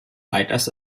leiters